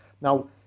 Now